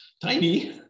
tiny